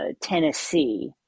Tennessee